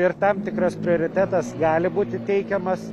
ir tam tikras prioritetas gali būti teikiamas